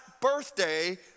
birthday